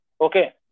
Okay